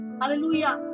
Hallelujah